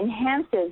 enhances